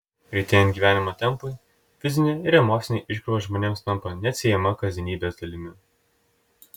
greitėjant gyvenimo tempui fizinė ir emocinė iškrova žmonėms tampa neatsiejama kasdienybės dalimi